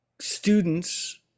students